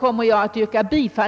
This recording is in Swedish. Det bör inte medföra att jag blir kritiserad för